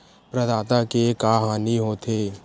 प्रदाता के का हानि हो थे?